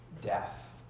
death